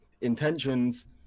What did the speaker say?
Intentions